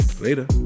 Later